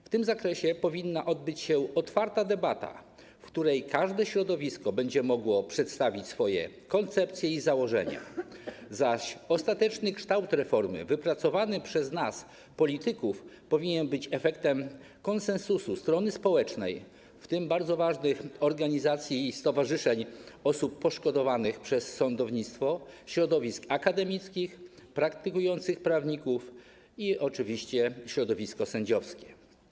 W tym zakresie powinna odbyć się otwarta debata, w której każde środowisko będzie mogło przedstawić swoje koncepcje i założenia, zaś ostateczny kształt reformy wypracowany przez nas, polityków, powinien być efektem konsensusu strony społecznej, w tym bardzo ważnych organizacji i stowarzyszeń osób poszkodowanych przez sądownictwo, środowisk akademickich, praktykujących prawników i oczywiście środowiska sędziowskiego.